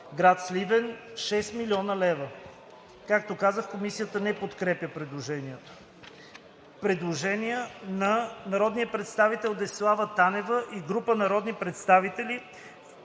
000 (шест милиона) лева.“ Комисията не подкрепя предложението. Предложение на народния представител Десислава Танева и група народни представители.